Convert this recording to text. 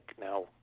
Now